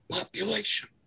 population